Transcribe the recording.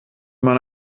man